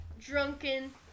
drunken